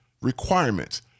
requirements